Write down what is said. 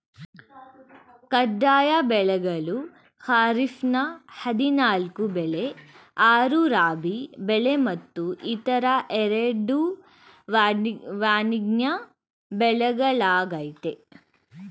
ಕಡ್ಡಾಯ ಬೆಳೆಗಳು ಖಾರಿಫ್ನ ಹದಿನಾಲ್ಕು ಬೆಳೆ ಆರು ರಾಬಿ ಬೆಳೆ ಮತ್ತು ಇತರ ಎರಡು ವಾಣಿಜ್ಯ ಬೆಳೆಗಳಾಗಯ್ತೆ